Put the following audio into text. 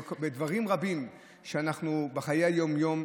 בדברים רבים בחיי היום-יום,